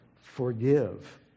Forgive